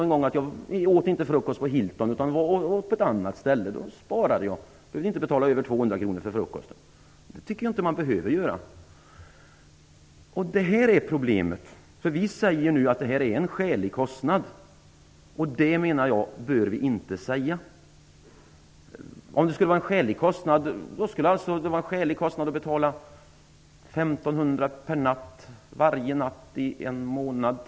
En gång åt jag inte frukost på Hilton utan på ett annat ställe för att spara. Jag ville inte betala över 200 kr för frukosten. Det behöver man inte göra, tycker jag. Häri ligger problemet. Vi säger nu att detta är en skälig kostnad, och det bör vi inte säga. Om det skulle vara en skälig kostnad, skulle det vara skäligt att betala 1 500 per natt, varje natt i en månad.